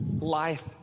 life